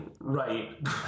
Right